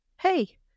Hey